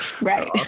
Right